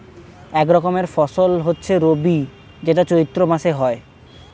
এক রকমের ফসল হচ্ছে রবি যেটা চৈত্র মাসে হয়